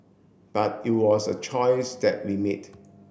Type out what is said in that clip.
but it was a choice that we made